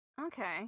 Okay